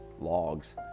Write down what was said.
logs